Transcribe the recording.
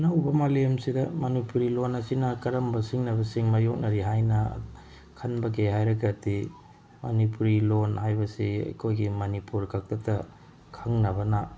ꯑꯅꯧꯕ ꯃꯥꯂꯦꯝꯁꯤꯗ ꯃꯅꯤꯄꯨꯔꯤ ꯂꯣꯟ ꯑꯁꯤꯅ ꯀꯔꯝꯕ ꯁꯤꯡꯅꯕꯁꯤꯡ ꯃꯥꯏꯌꯣꯛꯅꯔꯤ ꯍꯥꯏꯅ ꯈꯟꯕꯒꯦ ꯍꯥꯏꯔꯒꯗꯤ ꯃꯅꯤꯄꯨꯔꯤ ꯂꯣꯟ ꯍꯥꯏꯕꯁꯤ ꯑꯩꯈꯣꯏꯒꯤ ꯃꯅꯤꯄꯨꯔ ꯈꯛꯇꯗ ꯈꯪꯅꯕꯅ